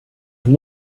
have